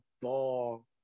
ball